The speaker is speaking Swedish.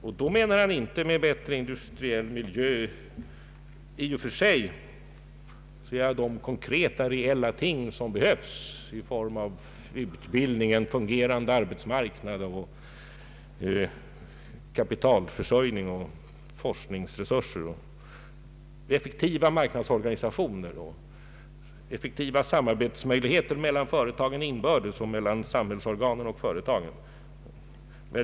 Med industriell miljö menar han då inte i och för sig de konkreta och reella ting som behövs i form av utbildning, en fungerande arbetsmarknad, kapitalförsörjning, forskningsresurser, effektiva marknadsorganisationer, effektiva samarbetsmöjligheter mellan företagen inbördes samt mellan samhällsorganen och företagen.